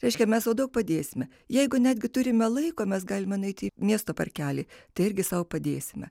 reiškia mes sau daug padėsime jeigu netgi turime laiko mes galime nueiti į miesto parkelį tai irgi sau padėsime